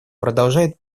продолжает